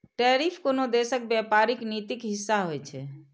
tariff कोनो देशक व्यापारिक नीतिक हिस्सा होइ छै